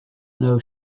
know